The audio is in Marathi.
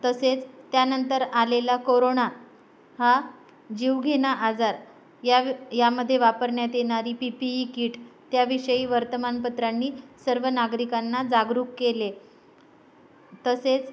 तसेच त्यानंतर आलेला कोरोणा हा जीवघेणा आजार यावि यामध्ये वापरण्यात येणारी पी पी ई कीट त्याविषयी वर्तमानपत्रांनी सर्व नागरिकांना जागरूक केले तसेच